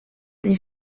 des